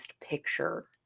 picture